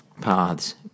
paths